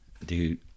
Dude